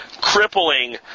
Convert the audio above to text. crippling